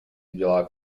udělá